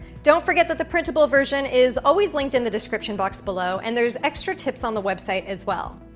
don't forget that the principle version is always linked in the description box below and there's extra tips on the website as well.